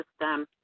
system